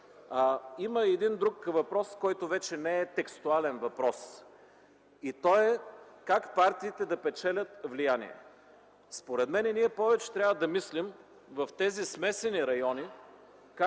Има и друг въпрос, който не е текстуален. Той е как партиите да печелят влияние. Според мен ние повече трябва да мислим в смесените райони